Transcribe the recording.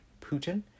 Putin